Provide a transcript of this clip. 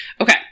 Okay